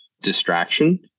distraction